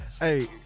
Hey